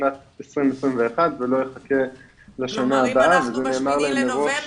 בשנת 2021 ולא יחכה לשנה הבאה, וזה נאמר מראש.